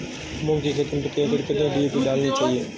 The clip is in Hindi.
मूंग की खेती में प्रति एकड़ कितनी डी.ए.पी डालनी चाहिए?